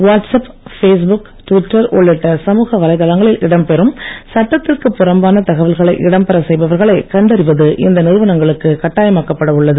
WhatsApp Facebook Twitter உள்ளிட்ட சமூக வலைத்தளங்களில் இடம்பெறும் சட்டத்திற்கு புறம்பான தகவல்களை இடம்பெற செய்பவர்களை கண்டறிவது இந்த நிறுவனங்களுக்கு கட்டாயமாக்கப்பட உள்ளது